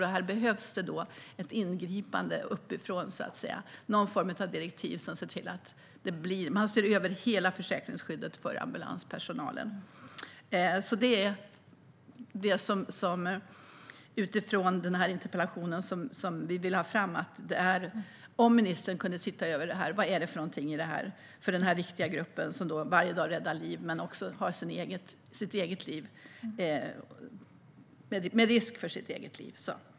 Därför behövs det ett ingripande uppifrån och någon form av direktiv som gör att man ser över hela försäkringsskyddet för ambulanspersonalen. Det vi önskar med denna interpellation är att statsrådet ser över försäkringsskyddet för denna viktiga grupp, som varje dag räddar liv med risk för sitt eget liv.